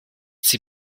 sie